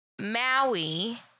Maui